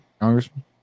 Congressman